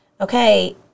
okay